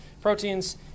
proteins